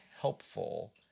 helpful